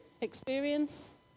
Experience